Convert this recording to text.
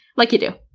like you do.